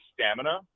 stamina